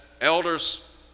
elders